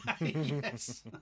Yes